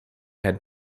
had